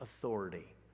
authority